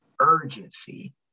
urgency